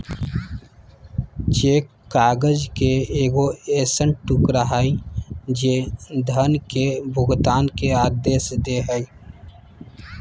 cheque काग़ज़ के एगो ऐसन टुकड़ा हइ जे धन के भुगतान के आदेश दे हइ